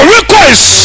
Request